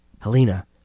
Helena